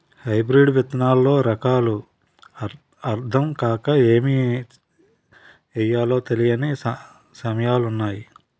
hybrid విత్తనాల్లో రకాలు అద్దం కాక ఏమి ఎయ్యాలో తెలీని సమయాలున్నాయి